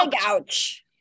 ouch